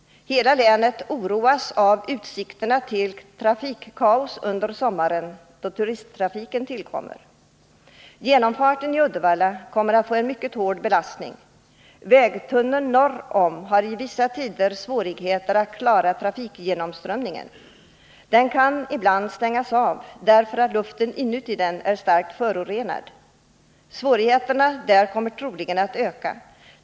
Hela länet oroas av utsikterna till trafikkaos under sommaren, då turisttrafiken tillkommer. Genomfarten i Uddevalla kommer att få en mycket hård belastning. Vägtunneln norrut har vissa tider svårigheter att klara trafikgenomströmningen. Den kan ibland stängas av därför att luften inuti den är starkt förorenad. Svårigheterna där kommer troligen att öka.